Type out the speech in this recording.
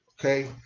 okay